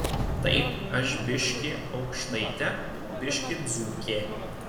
taip aš biškį aukštaitė biškį dzūkė